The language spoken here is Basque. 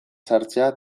sartzea